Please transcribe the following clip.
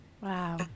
Wow